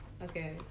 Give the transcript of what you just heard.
Okay